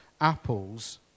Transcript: apples